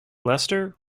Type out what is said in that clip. leicester